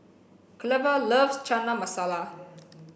Cleva loves Chana Masala